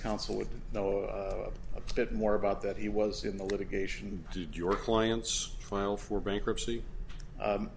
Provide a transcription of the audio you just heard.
counsel would know a bit more about that he was in the litigation did your clients file for bankruptcy